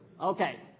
Okay